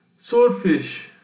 swordfish